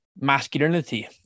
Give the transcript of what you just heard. masculinity